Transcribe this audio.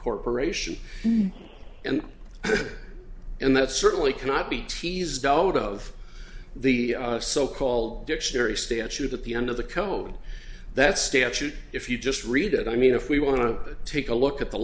corporation and and that certainly cannot be teased out of the so called dictionary statute at the end of the code that statute if you just read it i mean if we want to take a look at the